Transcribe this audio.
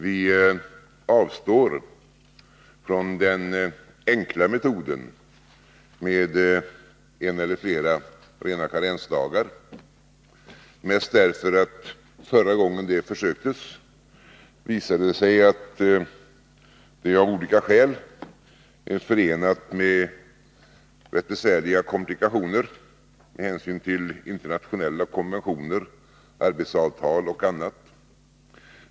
Vi avstår från den enkla metoden att införa en eller flera rena karensdagar, mest därför att det förra gången det försöktes visade sig av olika skäl förenat med rätt besvärliga komplikationer med hänsyn till internationella konventioner, arbetsavtal och annat.